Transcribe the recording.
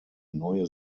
neue